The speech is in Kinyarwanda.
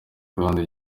kandi